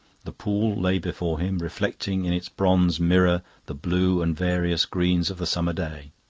the pool lay before him, reflecting in its bronze mirror the blue and various green of the summer day.